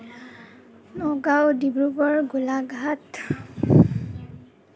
Nagaon Dibrugarh Golaghat